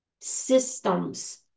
Systems